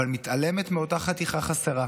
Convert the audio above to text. אבל מתעלמת מאותה חתיכה חסרה.